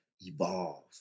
evolve